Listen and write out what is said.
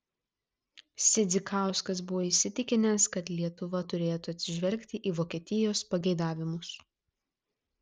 sidzikauskas buvo įsitikinęs kad lietuva turėtų atsižvelgti į vokietijos pageidavimus